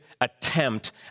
attempt